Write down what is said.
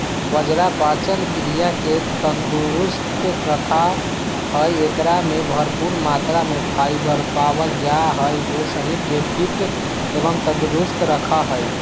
बाजरा पाचन क्रिया के तंदुरुस्त रखा हई, एकरा में भरपूर मात्रा में फाइबर पावल जा हई जो शरीर के फिट एवं तंदुरुस्त रखा हई